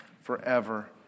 forever